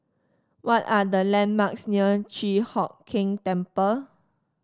what are the landmarks near Chi Hock Keng Temple